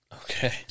Okay